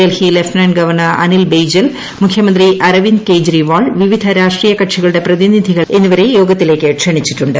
Delhi lieutenant governor Anil Baijal മുഖ്യമന്ത്രി അരവിന്ദ് കെജ്രിവാൾ വിവിധ രാഷ്ട്രീയ കക്ഷികളുടെ പ്രതിനിധികൾ എന്നിവരെ യോഗത്തിലേക്ക് ക്ഷണിച്ചിട്ടുണ്ട്